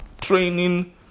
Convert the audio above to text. training